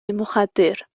مخدر